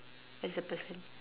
where's the person